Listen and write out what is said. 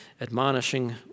admonishing